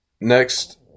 Next